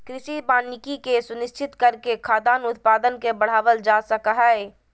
कृषि वानिकी के सुनिश्चित करके खाद्यान उत्पादन के बढ़ावल जा सक हई